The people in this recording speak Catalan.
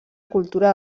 cultura